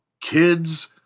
Kids